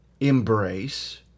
embrace